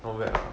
not bad lah